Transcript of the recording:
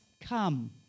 come